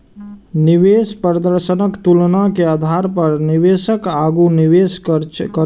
निवेश प्रदर्शनक तुलना के आधार पर निवेशक आगू निवेश करै छै